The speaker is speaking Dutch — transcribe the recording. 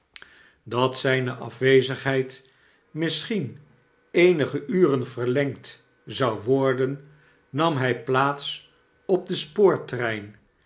dat zjjne afwezigheid misschien eenige uren verlengd zou worden nam h plaats op den